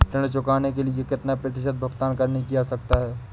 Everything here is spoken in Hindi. ऋण चुकाने के लिए कितना प्रतिशत भुगतान करने की आवश्यकता है?